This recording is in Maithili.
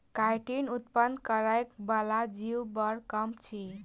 काइटीन उत्पन्न करय बला जीव बड़ कम अछि